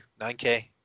9k